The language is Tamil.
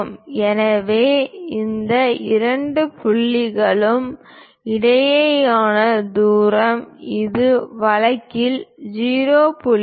எனவே இந்த இரண்டு புள்ளிகளுக்கும் இடையிலான தூரம் இந்த வழக்கில் 0